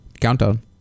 countdown